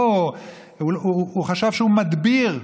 הוא חשב שהוא מדביר,